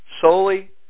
solely